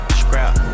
scrap